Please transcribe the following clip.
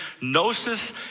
gnosis